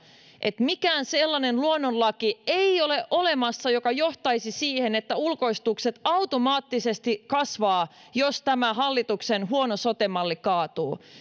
että mitään sellaista luonnonlakia ei ole olemassa joka johtaisi siihen että ulkoistukset automaattisesti kasvavat jos tämä hallituksen huono sote malli kaatuu